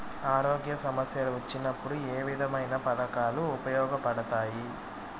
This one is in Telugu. ఆరోగ్య సమస్యలు వచ్చినప్పుడు ఏ విధమైన పథకాలు ఉపయోగపడతాయి